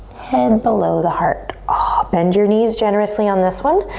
head below the heart. ah bend your knees generously on this one.